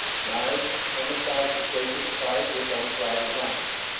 knives and the fact that they could fight with unclouded minds.